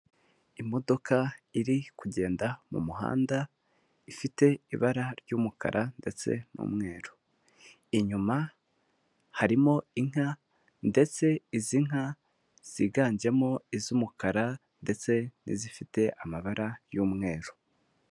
Imodoka iri kugenda mu muhanda ifite ibara ry'umukara ndetse n'umweru inyuma harimo inka ndetse izi nka ziganjemo iz'umukara ndetse n'izifite amabara y'umweru.